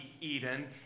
Eden